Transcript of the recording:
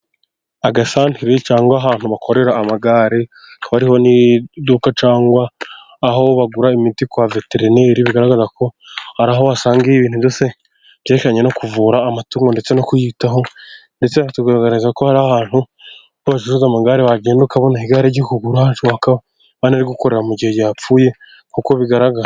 Agasantere cyangwa ahantu bakorera amagare hakaba hariho n'iduka, cyangwa aho bagura imiti kwa veterineri bigaragarako hari aho wasanga ibintu byose byerekeranye no kuvura amatungo ndetse no kuyitaho, ndetse bakatugaragarizako ari ahantu bacuruza amagare wagenda ukabona igare ryo kugura, bashobora kuba banarigukorera mu gihe ryapfuye nk'uko bigaragara.